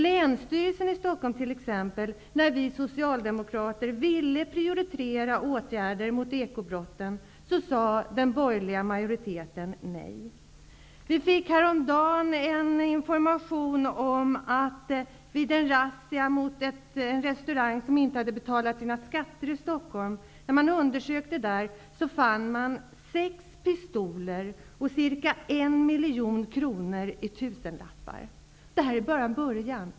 När vi socialdemokrater t.ex. i Länsstyrelsen i Stockholm ville prioritera åtgärder mot ekobrotten, sade den borgerliga majoriteten nej. Häromdagen fick vi information om att man, vid en razzia mot en restaurang som inte hade betalat sina skatter, fann sex pistoler och ca 1 miljon kronor i tusenlappar. Detta är bara början.